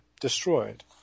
destroyed